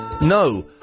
No